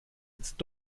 jetzt